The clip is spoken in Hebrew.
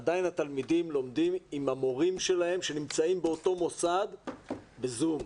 עדיין התלמידים לומדים עם המורים שלהם שנמצאים באותו מוסד ב-זום.